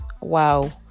Wow